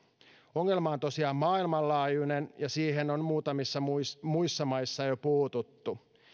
ongelma on tosiaan maailmanlaajuinen ja siihen on muutamissa muissa muissa maissa jo puututtu